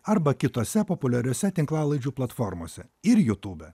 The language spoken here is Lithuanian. arba kitose populiariose tinklalaidžių platformose ir jutube